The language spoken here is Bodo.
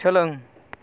सोलों